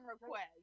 request